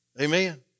Amen